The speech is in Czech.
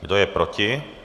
Kdo je proti?